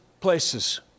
places